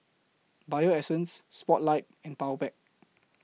Bio Essence Spotlight and Powerpac